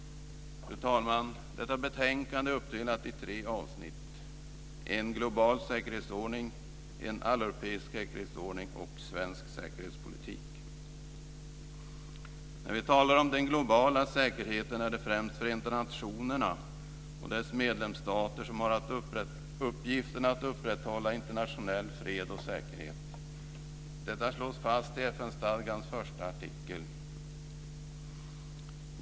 Fru talman! Detta betänkande är uppdelat i tre avsnitt - en global säkerhetsordning, en alleuropeisk säkerhetsordning och svensk säkerhetspolitik. När vi talar om den globala säkerheten är det främst Förenta nationerna och dess medlemsstater som har uppgiften att upprätthålla internationell fred och säkerhet. Detta slås fast i FN-stadgans första artikel.